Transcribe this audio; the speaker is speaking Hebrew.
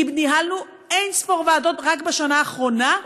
כי ניהלנו אין-ספור ועדות רק בשנה האחרונה,